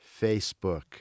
Facebook